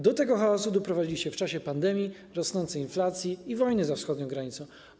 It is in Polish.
Do tego chaosu doprowadziliście w czasie pandemii, rosnącej inflacji i wojny za wschodnią granicą.